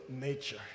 nature